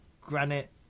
granite